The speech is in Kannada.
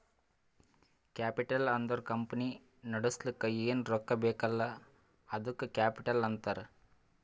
ಕ್ಯಾಪಿಟಲ್ ಅಂದುರ್ ಕಂಪನಿ ನಡುಸ್ಲಕ್ ಏನ್ ರೊಕ್ಕಾ ಬೇಕಲ್ಲ ಅದ್ದುಕ ಕ್ಯಾಪಿಟಲ್ ಅಂತಾರ್